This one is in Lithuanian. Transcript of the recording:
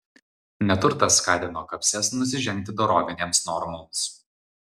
neturtas skatino kapses nusižengti dorovinėms normoms